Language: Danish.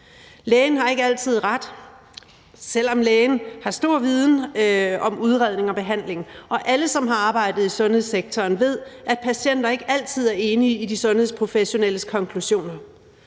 Lægen har ikke altid ret, selv om lægen har stor viden om udredning og behandling, og alle, som har arbejdet i sundhedssektoren, ved, at patienter ikke altid er enige i de sundhedsprofessionelles konklusioner.